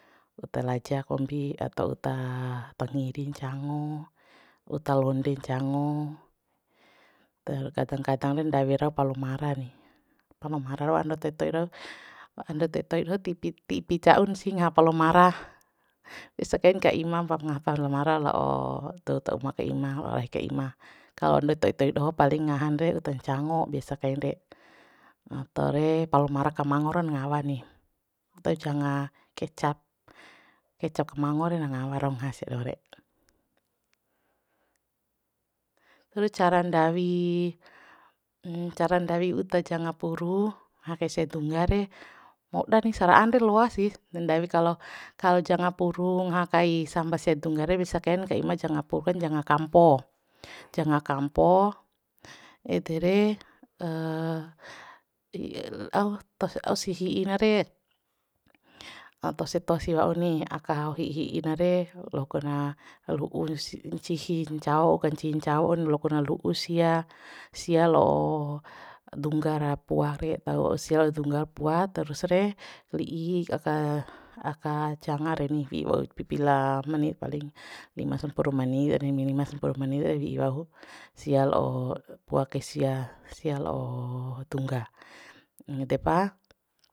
Uta laja kombi atau uta tangiri ncango uta londe ncango ter kadang kadang re ndawi rau palo mara ni palo mara rau andou to'i to'i rau andou to'i to'i doho ti ipi ti ipi ca'un sih ngaha palomara biasa kain ka ima mpam ngaha palomara la'o dou ta uma ka ima rahi ka ima kalo ndouto'i to'i doho paling ngahan re uta ncango biasa kain re ato re palmara kamango re na ngawa ni uta janga kecap kecap ka mango re na ngawa rau ngaha sia doho re rucara ndawi cara ndawi uta janga puru ngaha kai sia dungga re moda ni sara'an re loa sih ndadawi kalo janga puru ngaha kai samba sia dungga re misa kain ka ima janga purren janga kampo janga kampo ede re tos ausi hi'i na re tosi tosi wa'u ni hi'i hi'i na re loko na ru'u sih ncihi ncao ka ncincaon loko na ru'u sia sia lo dungga ra pua re tau wa'u sia la'o dungga ra pua terus re li'i aka aka janga reni wi'i wau pipila menit paling lima sampuru meni minimal sampuru meni wi'i wau sia lao pua kai sia sia la'o dungga ede pa